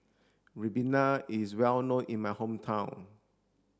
Ribena is well known in my hometown